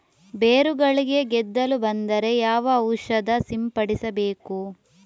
ಬೇರುಗಳಿಗೆ ಗೆದ್ದಲು ಬಂದರೆ ಯಾವ ಔಷಧ ಸಿಂಪಡಿಸಬೇಕು?